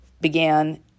began